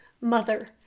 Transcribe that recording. mother